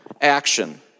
action